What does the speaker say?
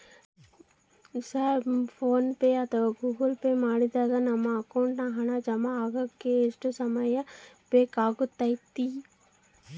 Sir PhonePe ಅಥವಾ Google pay ಮಾಡಿದಾಗ ನಮ್ಮ ಅಕೌಂಟಿಗೆ ಹಣ ಜಮಾ ಆಗಲಿಕ್ಕೆ ಎಷ್ಟು ಸಮಯ ಬೇಕಾಗತೈತಿ?